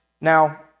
Now